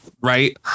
Right